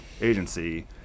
agency